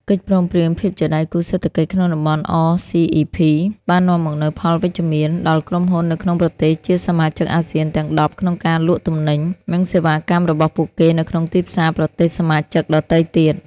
កិច្ចព្រមព្រៀងភាពជាដៃគូសេដ្ឋកិច្ចក្នុងតំបន់ អ សុី អុី ភី (RCEP) បាននាំមកនូវផលវិជ្ជមាន ដល់ក្រុមហ៊ុននៅក្នុងប្រទេសជាសមាជិកអាស៊ានទាំង ១០ក្នុងការលក់ទំនិញ និងសេវាកម្មរបស់ពួកគេនៅក្នុងទីផ្សារប្រទេសសមាជិកដទៃទៀត។